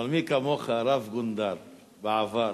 אבל מי כמוך, רב-גונדר בעבר,